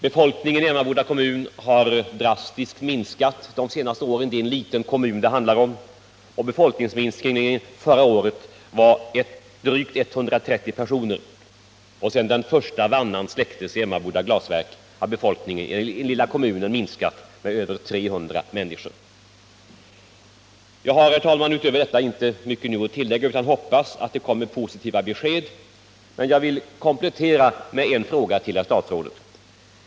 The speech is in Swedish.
Befolkningen i Emmaboda kommun har drastiskt minskat de senaste åren. Emmaboda är en liten kommun, och befolkningsminskningen förra året var drygt 130 personer. Sedan den första vannan släcktes i Emmaboda Glasverk har befolkningen i den lilla kommunen minskat med över 300 människor. Jag har nu inte mycket att tillägga utöver detta. Jag hoppas att det kommer positiva besked. Men jag vill komplettera med en fråga till herr statsrådet.